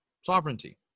sovereignty